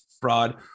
fraud